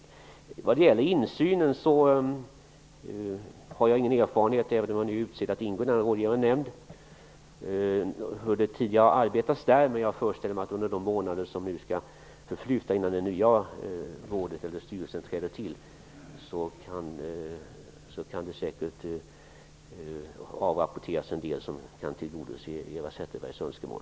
Även om jag är utsedd att ingå i den rådgivande nämnden, har jag ingen erfarenhet av hur man arbetade där tidigare när det gäller insynen. Jag föreställer mig dock att det, under de månader som nu skall förflyta innan den nya nämnden tillträder, säkert kan avrapporteras en del som tillgodoser Eva Zetterbergs önskemål.